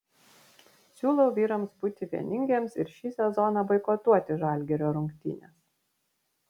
siūlau vyrams būti vieningiems ir šį sezoną boikotuoti žalgirio rungtynes